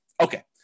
Okay